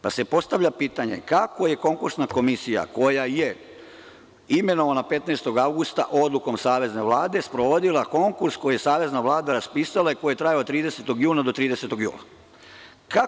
Postavlja se pitanje kako je konkursna komisija, koja je imenovana 15. avgusta odlukom Savezne vlade, sprovodila konkurs koji je Savezna vlada raspisala i koji je trajao od 30. juna do 30. jula?